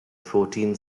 fourteen